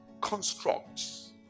constructs